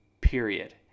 period